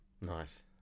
Nice